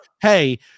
hey